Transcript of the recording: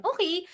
Okay